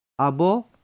Abo